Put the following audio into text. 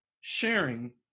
sharing